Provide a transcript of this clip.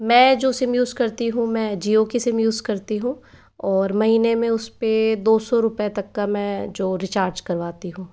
मैं जो SIM use करती हूँ मैं जियो की सिम यूज़ करती हूँ और महीने में उस पर दो सौ रूपए तक का मैं जो रिचार्ज करवाती हूँ